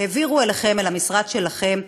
העבירו אליכם, אל המשרד שלכם,